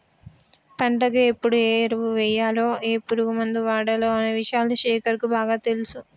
పంటకు ఎప్పుడు ఏ ఎరువులు వేయాలి ఏ పురుగు మందు వాడాలి అనే విషయాలు శేఖర్ కు బాగా తెలుసు